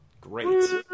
great